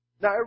Now